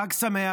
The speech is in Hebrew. חג שמח.